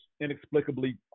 inexplicably